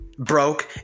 broke